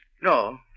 No